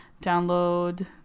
download